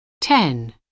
Ten